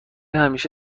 همیشه